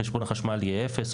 חשבון החשמל יהיה אפס,